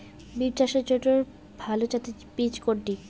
বিম চাষের জন্য ভালো জাতের বীজ কোনটি?